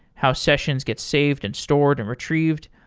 how sessions get saved, and stored, and retrieved?